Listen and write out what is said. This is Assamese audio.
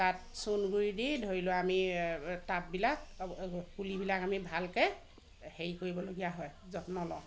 তাত চূণ গুড়ি দি ধৰি লোৱা আমি টাববিলাক পুলিবিলাক আমি ভালকে হেৰি কৰিবলগীয়া হয় যত্ন লওঁ